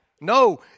No